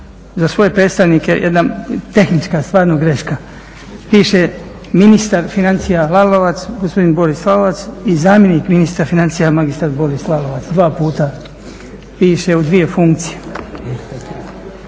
za svoje predstavnike, jedna tehnička stvarno greška. Piše, ministar financija Lalovac, gospodin Boris Lalovac i zamjenik ministra financija magistar Boris Lalovac, dva puta piše u dvije funkcije.